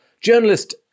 Journalist